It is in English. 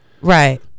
right